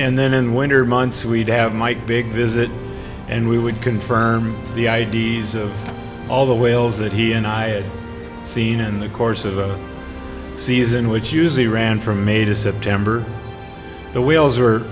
and then in winter months we'd have mike big visit and we would confirm the i d s of all the whales that he and i had seen in the course of a season which usually ran from may to september the whales